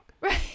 right